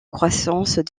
croissance